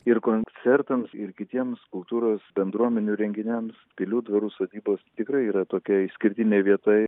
ir koncertams ir kitiems kultūros bendruomenių renginiams pilių dvarų sodybos tikrai yra tokia išskirtinė vieta